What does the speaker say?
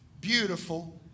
Beautiful